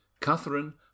Catherine